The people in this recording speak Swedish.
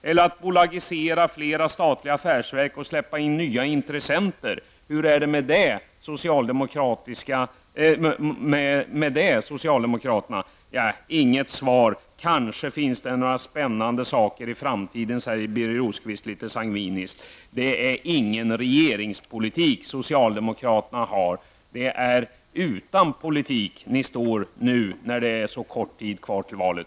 Eller att bolagisera flera statliga affärsverk och släppa in nya intressenter -- hur är det med det, socialdemokraterna? Inget svar. Kanske finns det några spännande saker i framtiden, säger Birger Det är ingen regeringspolitik socialdemokraterna har. Det är utan politik ni står nu när det är så kort tid kvar till valet.